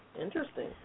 Interesting